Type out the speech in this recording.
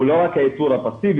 הוא לא רק האיתור הפסיבי.